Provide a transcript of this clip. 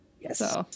Yes